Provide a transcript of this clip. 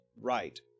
right